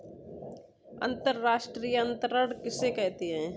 अंतर्राष्ट्रीय अंतरण किसे कहते हैं?